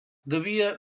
devia